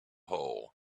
hull